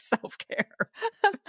self-care